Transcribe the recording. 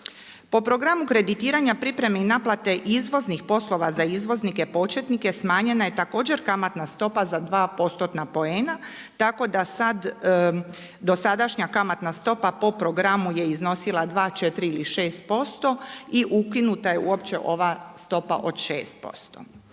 Po programu kreditiranja pripreme i naplate izvoznih poslova za izvoznike početnike smanjena je također kamatna stopa za 2 postotna poena tako da sad dosadašnja kamatna stopa po programu je iznosila 2, 4 ili 6% i ukinuta je uopće ova stopa od 6%.